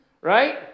Right